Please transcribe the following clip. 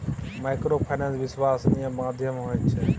Microfinance विश्वासनीय माध्यम होय छै?